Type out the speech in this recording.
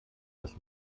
das